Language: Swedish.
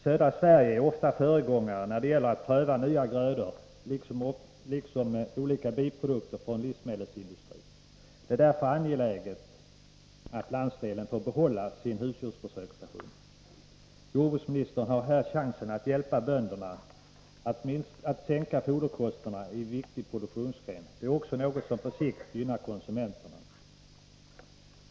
Södra Sverige är ofta föregångare när det gäller att pröva nya grödor, liksom olika biprodukter från livsmedelsindustrin. Det är därför angeläget att landsdelen får behålla sin husdjursförsöksstation. Jordbruksministern har här chansen att hjälpa bönderna att sänka foderkostnaderna i en viktig produktionsgren. Det är något som på sikt också gynnar konsumenterna.